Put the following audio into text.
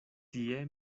tie